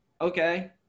okay